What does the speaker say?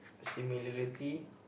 similarity